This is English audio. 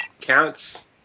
counts